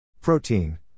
Protein